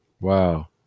wow